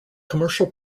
commercial